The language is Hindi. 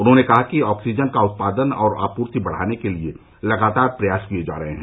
उन्होंने कहा कि ऑक्सीजन का उत्पादन और आपूर्ति बढ़ाने के लिए लगातार प्रयास किए जा रहे हैं